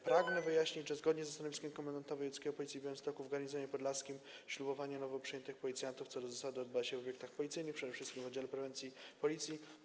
Pragnę wyjaśnić, że zgodnie ze stanowiskiem komendanta wojewódzkiego Policji w Białymstoku w garnizonie podlaskim ślubowanie nowo przyjętych policjantów, co do zasady, odbywa się w obiektach policyjnych, przede wszystkim w oddziale prewencji Policji.